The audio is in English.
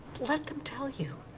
let them tell you.